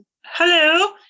Hello